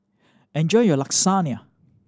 enjoy your Lasagne